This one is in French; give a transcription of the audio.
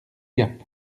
gap